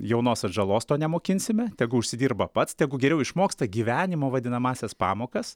jaunos atžalos to nemokinsime tegu užsidirba pats tegu geriau išmoksta gyvenimo vadinamąsias pamokas